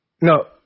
no